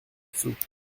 dessous